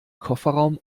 kofferraum